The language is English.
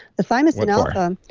the thymosin alpha,